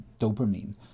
dopamine